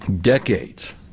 decades